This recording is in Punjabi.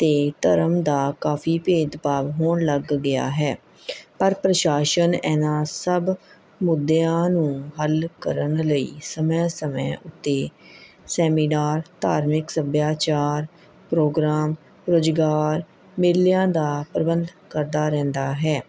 ਅਤੇ ਧਰਮ ਦਾ ਕਾਫੀ ਭੇਦਭਾਵ ਹੋਣ ਲੱਗ ਗਿਆ ਹੈ ਪਰ ਪ੍ਰਸ਼ਾਸਨ ਇਹਨਾਂ ਸਭ ਮੁੱਦਿਆਂ ਨੂੰ ਹੱਲ ਕਰਨ ਲਈ ਸਮੇਂ ਸਮੇਂ ਉੱਤੇ ਸੈਮੀਨਾਰ ਧਾਰਮਿਕ ਸੱਭਿਆਚਾਰ ਪ੍ਰੋਗਰਾਮ ਰੁਜ਼ਗਾਰ ਮੇਲਿਆਂ ਦਾ ਪ੍ਰਬੰਧ ਕਰਦਾ ਰਹਿੰਦਾ ਹੈ